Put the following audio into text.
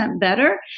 better